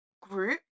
group